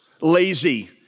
lazy